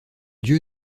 dieu